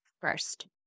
First